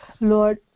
Lord